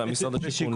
של משרד השיכון,